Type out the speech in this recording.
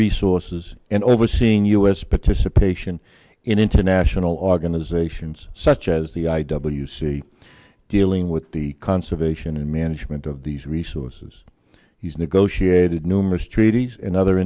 resources and overseeing u s participation in international organizations such as the i w c dealing with the conservation and management of these resources he's negotiated numerous treaties and other